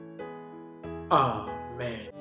Amen